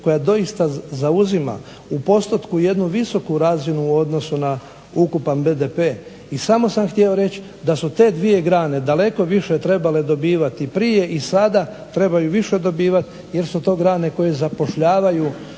koja doista zauzima u postotku jednu visoku razinu u odnosu na ukupan BDP. I samo sam htio reći da su te dvije grane daleko više trebale dobivati prije i sada trebaju više dobivati jer su to grane koje zapošljavaju